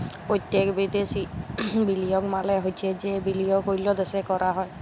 পত্যক্ষ বিদ্যাশি বিলিয়গ মালে হছে যে বিলিয়গ অল্য দ্যাশে ক্যরা হ্যয়